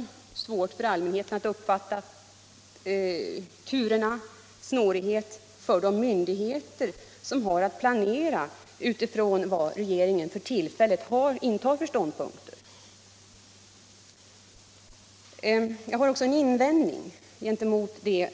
Det blir svårt för allmänheten att uppfatta turerna och snårigt för de lokala och regionala myndigheter som har att planera utifrån vad regeringen för tillfället intar för ståndpunkter. Jag har också en invändning gentemot det